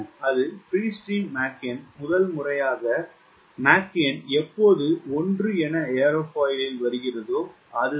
அது free stream Mach எண் முதல் முறையாக மாக் எண் எப்போது 1 என ஏரோபயிலில் வருகிறோதோ அதுதான்